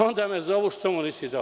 Onda me zovu – što mu nisi dao.